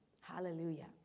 Hallelujah